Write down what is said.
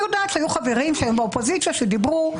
יודעת שהיו חברים שהם באופוזיציה שדיברו,